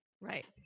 Right